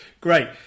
great